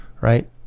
Right